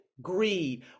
Greed